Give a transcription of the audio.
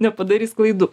nepadarys klaidų